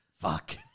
Fuck